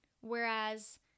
whereas